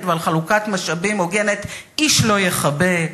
ועל חלוקת משאבים הוגנת איש לא יכבה.